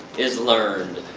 is learned.